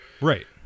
Right